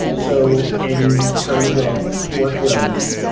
so in terms of workloads,